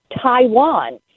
Taiwan